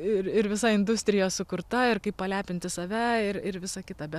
ir ir visa industrija sukurta ir kaip palepinti save ir ir visa kita bet